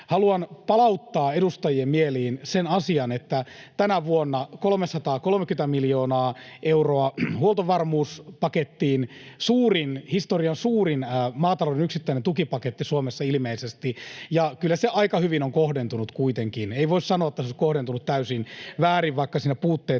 Haluan palauttaa edustajien mieliin sen asian, että tänä vuonna tulee 330 miljoonaa euroa huoltovarmuuspakettiin — ilmeisesti historian suurin maatalouden yksittäinen tukipaketti Suomessa. Ja kyllä se aika hyvin on kohdentunut kuitenkin. Ei voi sanoa, että se olisi kohdentunut täysin väärin, vaikka siinä puutteita